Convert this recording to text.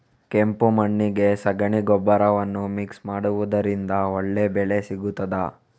ಕೆಂಪು ಮಣ್ಣಿಗೆ ಸಗಣಿ ಗೊಬ್ಬರವನ್ನು ಮಿಕ್ಸ್ ಮಾಡುವುದರಿಂದ ಒಳ್ಳೆ ಬೆಳೆ ಸಿಗುತ್ತದಾ?